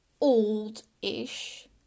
old-ish